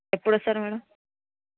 ఎప్పుడు వస్తారు మేడమ్